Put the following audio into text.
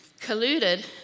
colluded